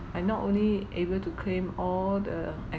I not only able to claim all the